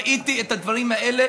ראיתי את הדברים האלה